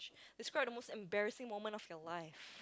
describe the most embarrassing moment of your life